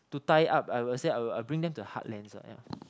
to tie up I would say I'll I'll bring them to heartlands ah yeah